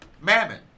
Mammon